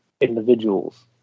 individuals